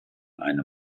einem